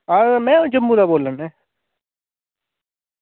हां में जम्मू दा बोला ना